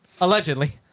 Allegedly